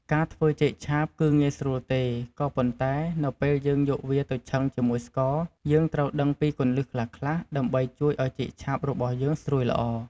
ការធ្វើចេកឆាបគឺងាយស្រួលទេ ក៏ប៉ុន្តែ នៅពេលយើងយកវាទៅឆឹងជាមួយស្ករ យើងត្រូវដឹងពីគន្លឹះខ្លះៗ ដើម្បីជួយឲ្យចេកឆាបរបស់យើងស្រួយល្អ។